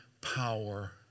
power